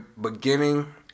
beginning